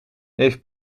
heeft